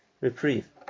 reprieve